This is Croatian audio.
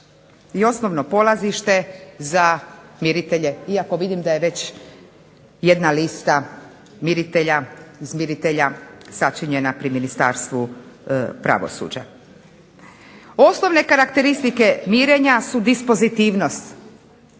osnovno polazište za miritelje iako vidim da je već jedna lista miritelja sačinjena pri Ministarstvu pravosuđa. Osnovne karakteristike mirenja su dispozitivnost.